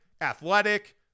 athletic